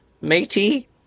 matey